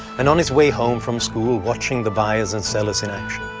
and on his way home from school, watching the buyers and sellers in action.